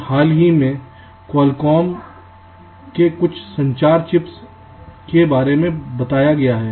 और हाल ही में क्वालकॉम के कुछ संचार चिप्स के बारे में बताया गया है